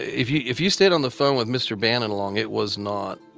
if you if you stayed on the phone with mr. bannon long, it was not